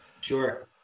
sure